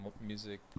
music